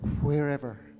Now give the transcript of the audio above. Wherever